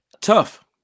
Tough